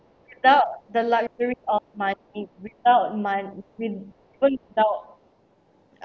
without the luxury of money without